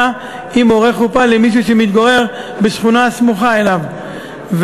אם הוא עורך חופה למישהו שמתגורר בשכונה הסמוכה אליו.